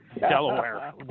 Delaware